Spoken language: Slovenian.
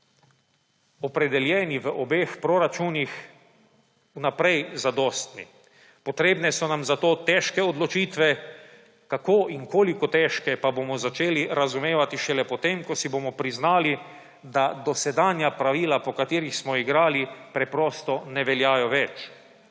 ukrepi, opredeljeni v obeh proračunih, vnaprej zadostni. Potrebne so nam zato težke odločitve, kako in koliko težke, pa bomo začeli razumevati šele potem, ko si bomo priznali, da dosedanja pravila, po katerih smo igrali, preprosto ne veljajo več.